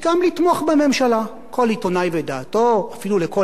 כל עיתונאי ודעתו, אפילו לכל עיתון מותר שיהיה קו.